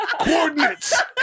Coordinates